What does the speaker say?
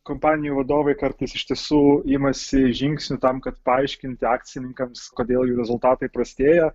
kompanijų vadovai kartais iš tiesų imasi žingsnių tam kad paaiškinti akcininkams kodėl jų rezultatai prastėja